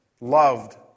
loved